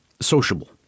sociable